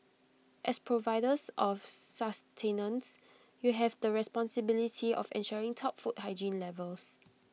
as providers of sustenance you have the responsibility of ensuring top food hygiene levels